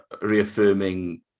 reaffirming